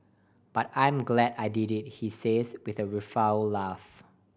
but I'm glad I did it he says with a rueful laugh